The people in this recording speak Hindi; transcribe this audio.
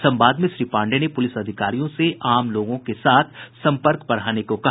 संवाद में श्री पांडेय ने पुलिस अधिकारियों से आम लोगों के साथ संपर्क बढ़ाने को कहा